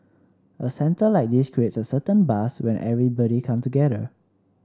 a centre like this creates a certain buzz when everybody come together